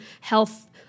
health